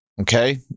Okay